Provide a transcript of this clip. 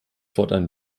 fortan